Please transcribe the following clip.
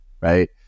right